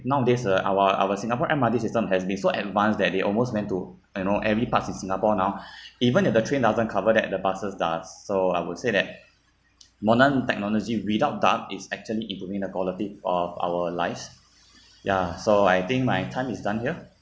nowadays uh our our singapore M_R_T system has been so advanced that they almost went to I know every parts in singapore now even if the train doesn't cover that the buses does so I would say that modern technology without doubt is actually improving the quality of our lives ya so I think my time is done here